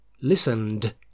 listened